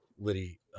Liddy